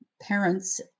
parents